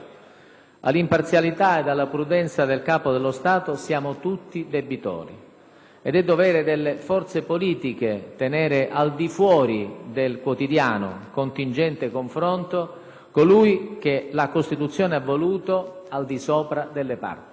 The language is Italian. Dell'imparzialità e della prudenza del Capo dello Stato siamo tutti debitori ed è dovere delle forze politiche tenere al di fuori del quotidiano, contingente confronto colui che la Costituzione ha voluto al di sopra delle parti.